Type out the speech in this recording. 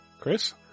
Chris